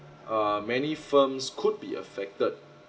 err many firms could be affected